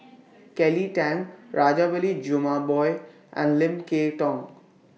Kelly Tang Rajabali Jumabhoy and Lim Kay Tong